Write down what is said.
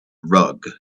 rug